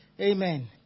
Amen